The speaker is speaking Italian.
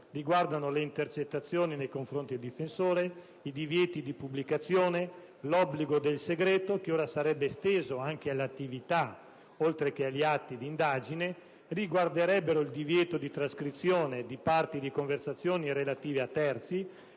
ministero, le intercettazioni nei confronti del difensore, i divieti di pubblicazione, l'obbligo del segreto (che ora sarebbe esteso anche all'attività, oltre che agli atti di indagine); riguarderebbero, inoltre, il divieto di trascrizione di parti di conversazioni relative a terzi,